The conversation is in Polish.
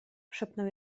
szepnął